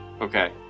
Okay